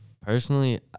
Personally